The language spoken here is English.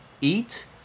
eat